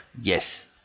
Yes